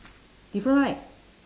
different right